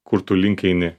kur tu link eini